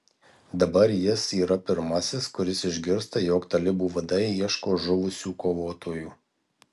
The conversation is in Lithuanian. dabar jis yra pirmasis kuris išgirsta jog talibų vadai ieško žuvusių kovotojų